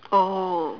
oh